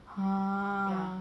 !huh!